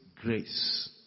Grace